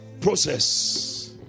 process